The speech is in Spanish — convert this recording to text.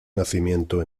nacimiento